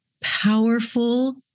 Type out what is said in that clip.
powerful